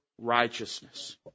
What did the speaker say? righteousness